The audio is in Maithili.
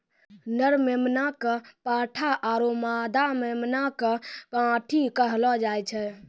नर मेमना कॅ पाठा आरो मादा मेमना कॅ पांठी कहलो जाय छै